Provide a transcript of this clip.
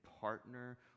partner